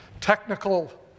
technical